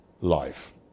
life